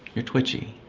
you're twitchy.